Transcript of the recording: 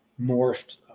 morphed